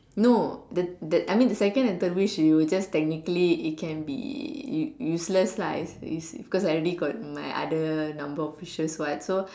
no the the I mean the second and third wish you will just technically it can be use~ useless lah is is cause I already got my other number of wishes what so